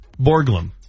Borglum